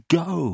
go